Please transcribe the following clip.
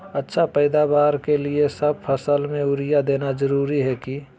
अच्छा पैदावार के लिए सब फसल में यूरिया देना जरुरी है की?